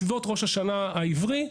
בסביבות ראש השנה העברי,